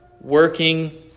working